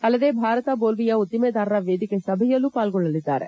ಅಲ್ಲದೆ ಭಾರತ ಬೋಲ್ವಿಯಾ ಉದ್ದಿಮೆದಾರರ ವೇದಿಕೆ ಸಭೆಯಲ್ಲೂ ಪಾಲ್ಗೊಳ್ಳಲಿದ್ದಾರೆ